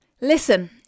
Listen